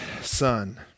son